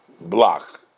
block